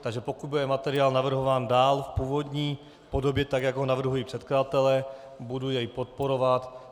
Takže pokud bude materiál navrhován dál v původní podobě, tak jak ho navrhují předkladatelé, budu jej podporovat.